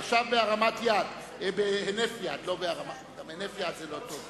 (חזקת הימלטות מן הדין וחזקת מסוכנות),